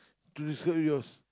to describe yours